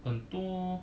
很多